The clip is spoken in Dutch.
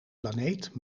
planeet